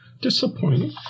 disappointing